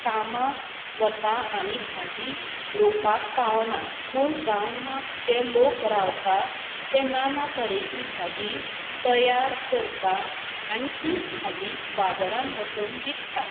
कामांक वता आनी भाजी रोंवपाक पावनात पूण गांवांत जे लोक रावतात ते नाना तरेची भाजी तयार करता आनी तीच भाजी बाजारान वचून विकतात